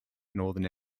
northern